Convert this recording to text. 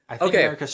Okay